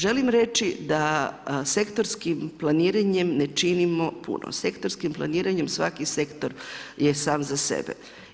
Želim reći da sektorskim planiranjem ne činimo puno, sektorskim planiranjem svaki sektor je sam za sebe.